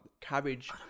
cabbage